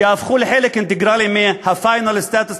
שיהפכו לחלק אינטגרלי מה-final status negotiations.